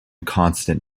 constant